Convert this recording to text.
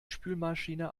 spülmaschine